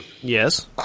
Yes